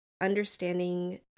understanding